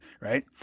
right